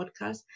podcast